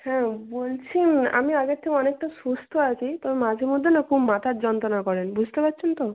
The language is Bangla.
হ্যাঁ বলছি আমি আগের থেকে অনেকটা সুস্থ আছি তবে মাঝে মধ্যে না খুব মাথার যন্ত্রণা করেন বুঝতে পারছেন তো